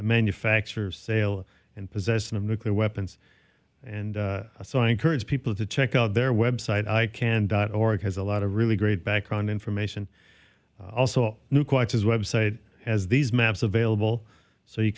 manufacture sale and possession of nuclear weapons and so i encourage people to check out their website i can dot org has a lot of really great background information also new quite his website has these maps available so you